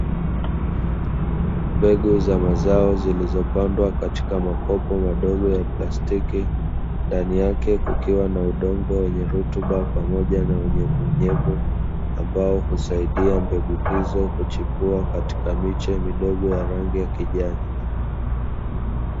Mbegu za mazao zilizopandwa katika makopo madogo ya plastiki ndani yake kukiwa na udongo wenye rutuba pamoja na unyevu unyevu ili kusaidia mbegu hizo kuchipua katika miche midogo ya rangi ya kijani.